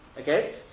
Okay